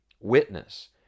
witness